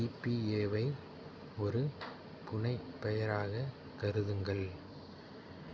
டிபிஏவை ஒரு புனைப்பெயராகக் கருதுங்கள்